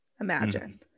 imagine